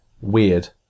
weird